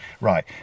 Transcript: Right